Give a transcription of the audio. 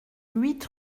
huit